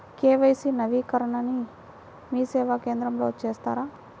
KYC నవీకరణని మీసేవా కేంద్రం లో చేస్తారా?